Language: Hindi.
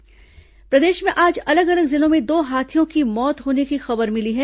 हाथी मौत प्रदेश में आज अलग अलग जिलों में दो हाथियों की मौत होने की खबर मिली है